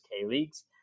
K-Leagues